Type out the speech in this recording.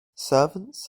servants